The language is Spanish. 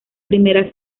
primera